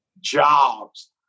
jobs